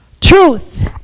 Truth